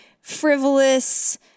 frivolous